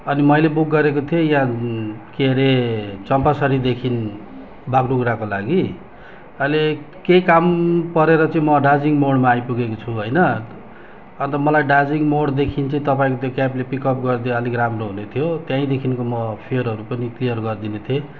अनि मैले बुक गरेको थिएँ यहाँ के अरे चम्पासरीदेखि बागडुग्राको लागि अहिले केही काम परेर चाहिँ म दार्जिलिङ मोडमा आइपुगेको छु होइन अन्त मलाई दार्जिलिङ मोडदेखि चाहिँ तपाईँको त्यो क्याबले पिकअप गरिदियो अलिक राम्रो हुने थियो त्यहीँदेखिको म फेरहरू पनि क्लियर गरिदिने थिएँ